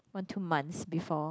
one two months before